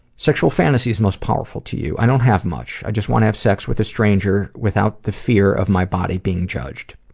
sexual fantasies most powerful to you? i don't have much. i just want to have sex with a stranger, without the fear of my body being judged.